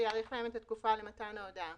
זה יאריך להם את התקופה למתן ההודעה.